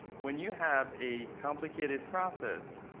when you have a complicated process,